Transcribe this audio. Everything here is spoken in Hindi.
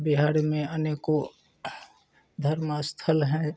बिहार में अनेकों धर्मस्थल हैं